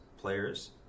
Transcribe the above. players